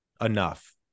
enough